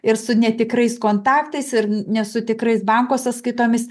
ir su netikrais kontaktais ir ne su tikrais banko sąskaitomis